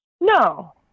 No